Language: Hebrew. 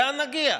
לאן נגיע?